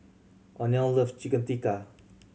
Oneal love Chicken Tikka